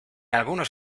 algunos